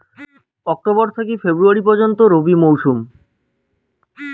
October থাকি February পর্যন্ত রবি মৌসুম